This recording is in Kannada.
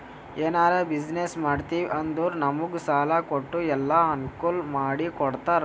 ಎನಾರೇ ಬಿಸಿನ್ನೆಸ್ ಮಾಡ್ತಿವಿ ಅಂದುರ್ ನಮುಗ್ ಸಾಲಾ ಕೊಟ್ಟು ಎಲ್ಲಾ ಅನ್ಕೂಲ್ ಮಾಡಿ ಕೊಡ್ತಾರ್